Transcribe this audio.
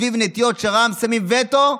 סביב נטיעות שרע"מ שמים וטו,